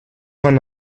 van